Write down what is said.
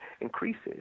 increases